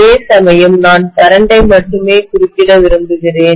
அதேசமயம் நான் கரண்ட் ஐ மட்டுமே குறுக்கிட விரும்புகிறேன்